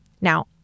Now